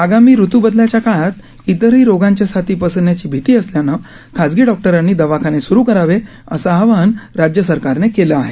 आगामी ऋतूबदलाच्या काळात इतरही रोगांच्या साथी पसरण्याची भीती असल्यानं खाजगी डॉक्टरांनी दवाखाने सुरु करावे असं आवाहन राज्यसरकारने केलं आहे